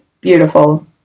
beautiful